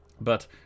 But